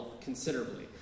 considerably